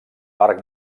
parc